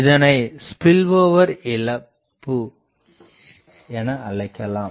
இதனை ஸ்பில்ஓவர் இழப்பு எனஅழைக்கலாம்